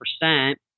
percent